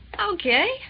okay